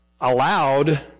allowed